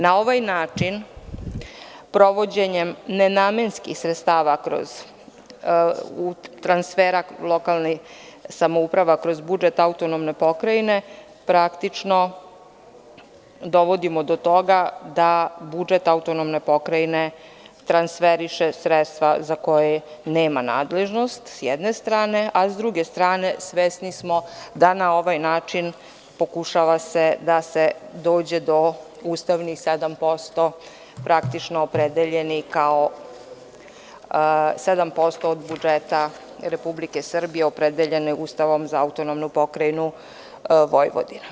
Na ovaj način provođenjem nenamenskih sredstava kroz transfere lokalnih samouprava, kroz budžet AP Vojvodine, praktično dovodimo do toga da budžet AP Vojvodine transferiše sredstva za koje nema nadležnost, s jedne strane, a sa druge strane svesni smo da na ovaj način pokušava se da se dođe do ustavnih 7% praktično opredeljeni kao 7% od budžeta Republike Srbije opredeljene Ustavom za AP Vojvodinu.